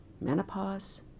menopause